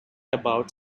about